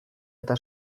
eta